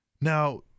Now